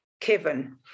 Kevin